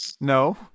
No